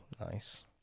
nice